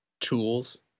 tools